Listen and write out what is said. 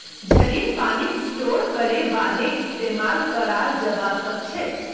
झड़ीर पानीक स्टोर करे बादे इस्तेमाल कराल जबा सखछे